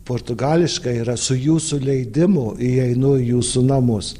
portugališkai yra su jūsų leidimu įeinu į jūsų namus